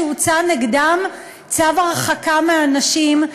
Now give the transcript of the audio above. שהוצא נגדם צו הרחקה מהנשים.